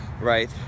right